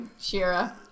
Shira